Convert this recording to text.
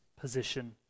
position